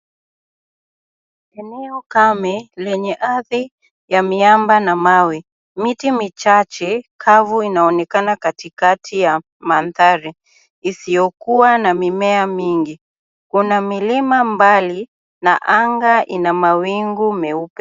Eneo kame lenye ardhi ya miamba na mawe. Miti michache kavu inaonekana katikati na mandhari isiyokuwa na mimea mingi. Kuna milima mbali na anga ina mawingu meupe.